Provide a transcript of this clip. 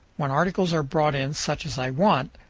when articles are brought in such as i want,